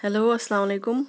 hello اَلسلام علیکُم